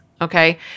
okay